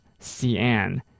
cn